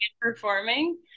performing